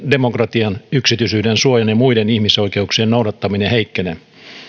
demokratian yksityisyydensuojan ja muiden ihmisoikeuksien noudattaminen heikkenee